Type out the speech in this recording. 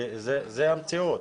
כי זו המציאות.